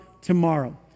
tomorrow